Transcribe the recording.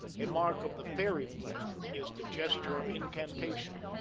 a mark of the fairy play is the gesture of incantation,